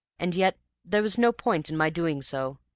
and yet there was no point in my doing so,